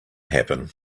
happen